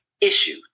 issue